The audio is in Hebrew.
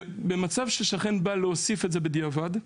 במצב ששכן בא להוסיף את זה בדיעבד,